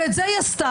ואת זה היא עשתה.